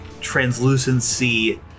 translucency